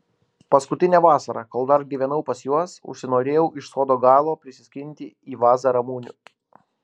paskutinę vasarą kol dar gyvenau pas juos užsinorėjau iš sodo galo prisiskinti į vazą ramunių